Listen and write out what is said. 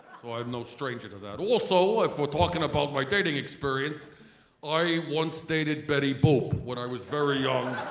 so i am no stranger to that. also, if we're talking about my dating experience i once dated betty boop when i was very young.